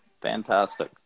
Fantastic